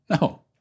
No